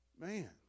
Man